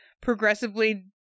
progressively